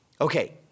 Okay